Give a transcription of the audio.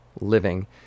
living